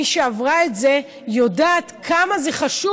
רק מי שעברה את זה יודעת כמה זה חשוב,